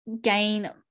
gain